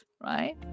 right